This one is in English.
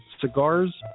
Cigars